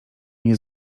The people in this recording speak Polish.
nie